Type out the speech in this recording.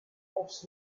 aufs